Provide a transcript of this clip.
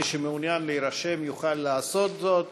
מי שמעוניין להירשם יוכל לעשות זאת.